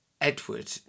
Edward